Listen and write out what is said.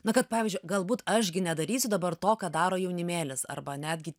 nu kad pavyzdžiui galbūt aš gi nedarysiu dabar to ką daro jaunimėlis arba netgi